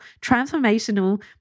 transformational